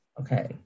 Okay